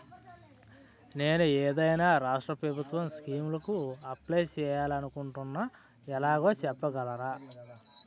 నేను ఏదైనా రాష్ట్రం ప్రభుత్వం స్కీం కు అప్లై చేయాలి అనుకుంటున్నా ఎలాగో చెప్పగలరా?